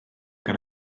gan